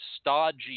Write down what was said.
stodgy